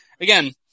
Again